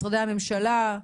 משרדי הממשלה,